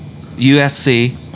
USC